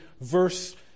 verse